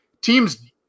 teams